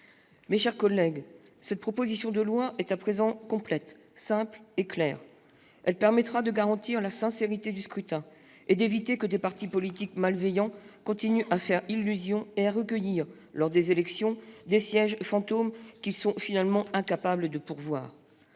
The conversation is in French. Mes chers collègues, cette proposition de loi est à présent complète, simple et claire. Elle permettra de garantir la sincérité du scrutin et d'éviter que des partis politiques malveillants ne continuent à faire illusion et à recueillir, lors des élections, des sièges fantômes qu'ils sont finalement incapables de pourvoir.